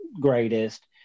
greatest